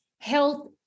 health